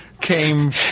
came